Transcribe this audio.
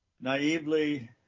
naively